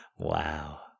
Wow